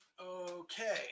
Okay